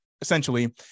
essentially